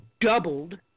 doubled